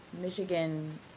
Michigan